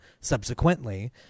subsequently